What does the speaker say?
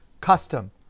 custom